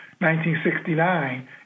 1969